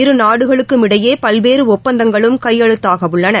இரு நாடுகளுக்கும் இடையேபல்வேறுஒப்பந்தங்களும் கையெழுத்தாகவுள்ளன